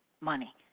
money